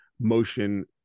motion